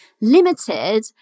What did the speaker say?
limited